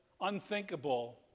unthinkable